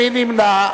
מי נמנע?